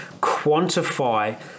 quantify